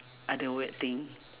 ada weird thing